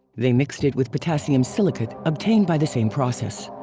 they mixed it with potassium silicate obtained by the same process.